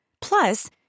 Plus